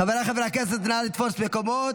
חבריי חברי הכנסת, נא לתפוס מקומות.